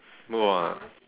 !wah!